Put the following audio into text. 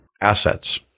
assets